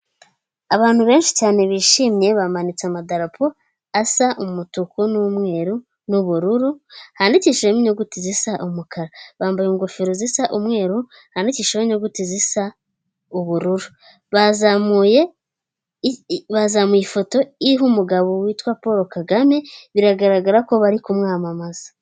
Abantu benshi cyane bishimye bamanitse amadarapo asa umutuku n'umweru n'ubururu handikishijemo inyuguti zisa umukara, bambaye ingofero zisa umweru handikishijeho inyuguti zisa ubururu, bazamuye ifoto iriho umugabo witwa Paul Kagame biragaragara ko bari kumwamamaza.